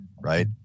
right